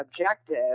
objective